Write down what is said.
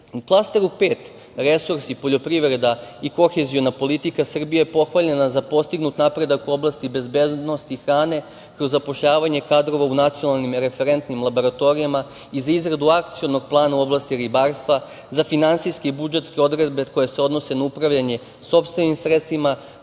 klasteru 5 – resursi, poljoprivreda i koheziona politika, Srbija je pohvaljena za postignut napredak u oblasti bezbednosti hrane, kroz zapošljavanje kadrova u nacionalnim referentnim laboratorijama i za izradu Akcionog plana u oblasti ribarstva, za finansijske i budžetske odredbe koje se odnose na upravljanje sopstvenim sredstvima,